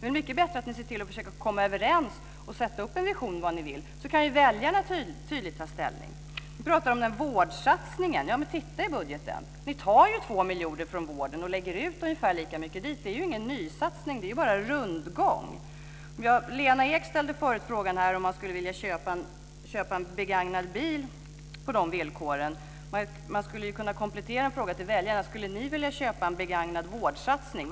Det är mycket bättre att ni ser till att försöka komma överens och sätta upp en vision om vad ni vill, så kan väljarna tydligt ta ställning. Men titta i budgeten! Det är ju ingen nysatsning. Det är bara en rundgång. Lena Ek ställde förut frågan här om man skulle vilja köpa en begagnad bil på de villkoren. Man skulle ju kunna komplettera med en fråga till väljarna: Skulle ni vilja köpa en begagnad vårdsatsning?